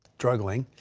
struggling,